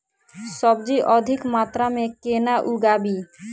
सब्जी अधिक मात्रा मे केना उगाबी?